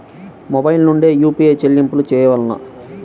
Mobile నుండే UPI చెల్లింపులు చేయవలెనా?